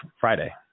Friday